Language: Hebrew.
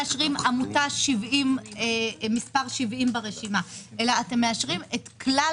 עמותה מס' 70 ברשימה אלא אתם מאשרים את כלל